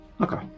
Okay